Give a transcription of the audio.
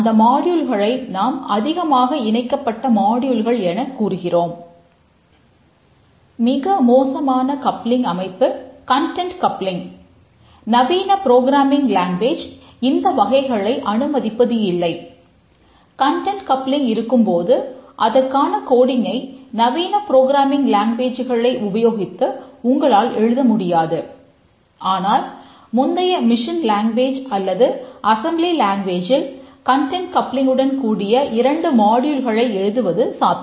மிக மோசமான கப்ளிங் எழுதுவது சாத்தியம்